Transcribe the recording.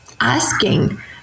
asking